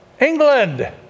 England